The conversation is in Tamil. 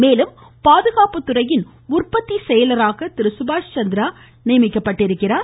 மேலும் பாதுகாப்புத்துறையின் உற்பத்தி செயலராக திரு சுபாஷ் சந்திரா நியமனம் செய்யப்பட்டுள்ளார்